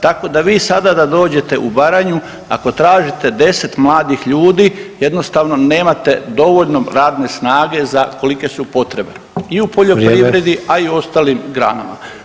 Tako da vi sada da dođete u Baranju ako tražite 10 mladih ljudi jednostavno nemate dovoljno radne snage za kolike su potrebe i u poljoprivredi [[Upadica: Vrijeme.]] a i u ostalim granama.